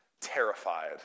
terrified